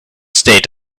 state